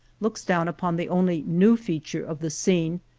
looks down upon the only new feature of the scene,